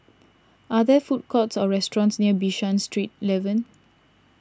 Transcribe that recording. are there food courts or restaurants near Bishan Street eleven